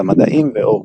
גמדאים ואורקים,